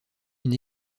une